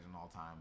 all-time